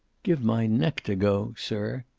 give my neck to go sir.